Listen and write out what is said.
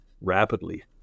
rapidly